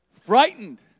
frightened